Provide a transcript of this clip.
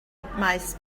maes